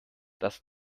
das